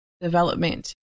development